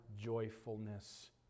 joyfulness